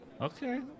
Okay